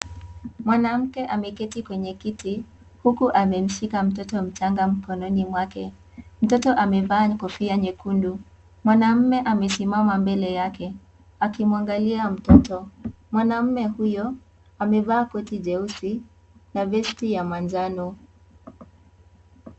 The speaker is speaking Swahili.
Mwanamke ameketi kwenye kiti, huku amemshika mtoto mchanga mikononi mwake. Mtoto amevaa kofia nyekundu. Mwanaume amesimama mbele yake, akimwangalia mtoto. Mwanaume huyo, amevaa koti jeusi na vesti ya manjano.